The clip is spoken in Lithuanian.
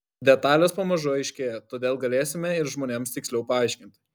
detalės pamažu aiškėja todėl galėsime ir žmonėms tiksliau paaiškinti